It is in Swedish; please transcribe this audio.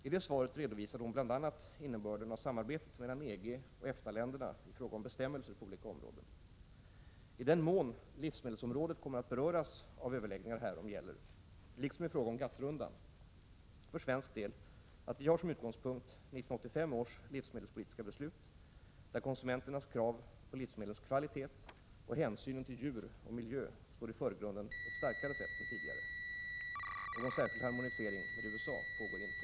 I det svaret redovisade hon bl.a. innebörden av samarbetet mellan EG och EFTA-länderna i fråga om bestämmelser på olika områden. I den mån livsmedelsområdet kommer att beröras av överläggningar härom gäller — liksom i fråga om GATT-rundan — för svensk del att vi har som utgångspunkt 1985 års livsmedelspolitiska beslut, där konsumenternas krav på livsmedlens kvalitet och hänsynen till djur och miljö står i förgrunden på ett starkare sätt än tidigare. Någon särskild harmonisering med USA pågår inte.